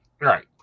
right